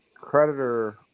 creditor